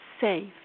safe